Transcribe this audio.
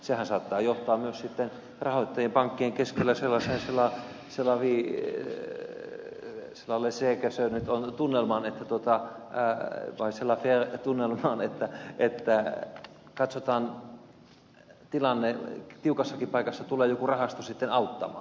sehän saattaa johtaa myös sitten rahoittajapankkien keskellä sellaiseen onko se nyt laissez faire tunnelmaan että katsotaan tilanne tiukassakin paikassa tulee joku rahasto sitten auttamaan